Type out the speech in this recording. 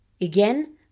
again